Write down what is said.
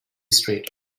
street